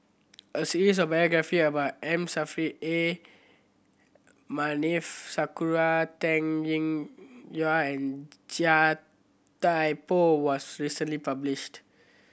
a series of biography about M Saffri A Manaf Sakura Teng Ying Yua and Chia Thye Poh was recently published